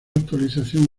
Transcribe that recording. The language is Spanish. actualización